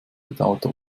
bedauerte